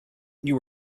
you